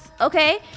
Okay